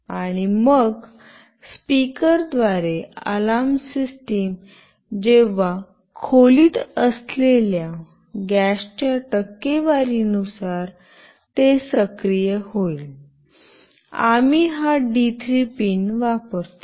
आणि मग स्पीकरद्वारे अलार्म सिस्टम जेव्हा खोलीत असलेल्या गॅसच्या टक्केवारी नुसार ते सक्रिय होईल आम्ही हा डी3 पिन वापरतो